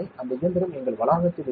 அந்த இயந்திரம் எங்கள் வளாகத்தில் இல்லை